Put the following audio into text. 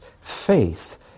faith